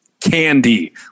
Candy